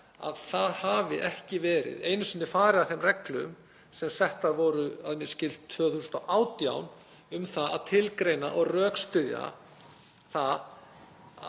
að það hafi ekki einu sinni verið farið að þeim reglum sem settar voru, að mér skilst 2018, um að tilgreina og rökstyðja það